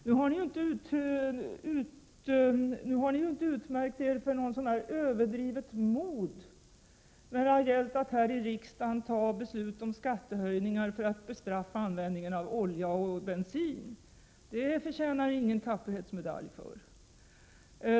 Ni har inte utmärkt er för något överdrivet mod när det gällt att här i riksdagen fatta beslut om skattehöjningar för att bestraffa användning av olja och bensin. Det förtjänar ni ingen tapperhetsmedalj för.